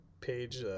page